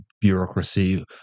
bureaucracy